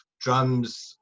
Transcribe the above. drums